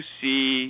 see